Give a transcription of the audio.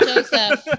Joseph